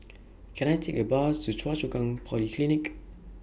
Can I Take A Bus to Choa Chu Kang Polyclinic